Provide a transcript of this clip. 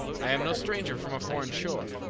i am no stranger from a foreign shore,